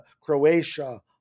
Croatia